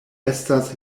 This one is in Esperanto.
estas